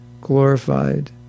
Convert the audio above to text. glorified